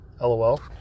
LOL